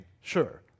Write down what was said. sure